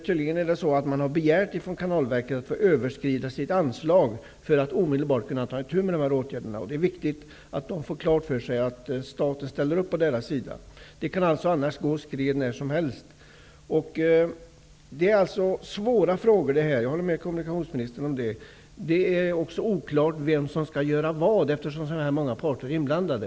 Tydligen har man vid Kanalverket begärt att få överskrida sitt anslag för att omedelbart kunna ta itu med dessa åtgärder, annars kan skred gå när som helst. Det är därför viktigt att Kanalverket får klart för sig att staten ställer upp på deras sida. Jag håller med kommunikationsministern om att dessa frågor är svåra. Frågan om vem som skall göra vad är också oklar, eftersom det är så många parter inblandade.